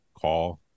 call